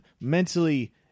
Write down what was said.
mentally